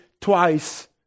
twice